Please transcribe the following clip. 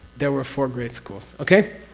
there were four great schools. okay?